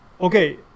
okay